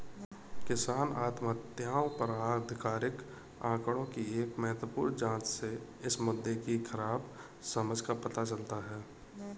किसान आत्महत्याओं पर आधिकारिक आंकड़ों की एक महत्वपूर्ण जांच से इस मुद्दे की खराब समझ का पता चलता है